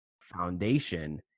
foundation